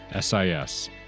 SIS